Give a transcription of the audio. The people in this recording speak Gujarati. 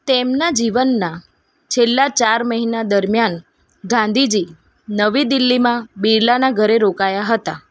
તેમના જીવનના છેલ્લા ચાર મહિના દરમિયાન ગાંધીજી નવી દિલ્હીમાં બિરલાના ઘરે રોકાયા હતા